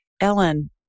Ellen